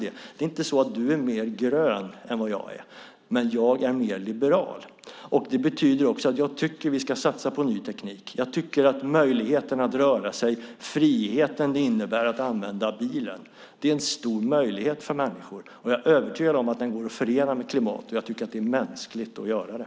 Du är inte mer grön än jag, men jag är mer liberal. Det betyder att jag tycker att vi ska satsa på ny teknik. Det handlar om möjligheten att röra sig. Den frihet det innebär att använda bilen är en stor möjlighet för människorna. Jag är övertygad om att det går att förena med klimatet, och jag tycker att det är mänskligt att göra det.